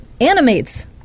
animates